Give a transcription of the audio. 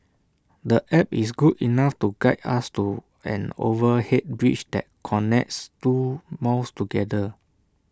the app is good enough to guide us to an overhead bridge that connects two malls together